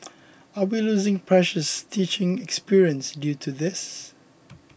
are we losing precious teaching experience due to this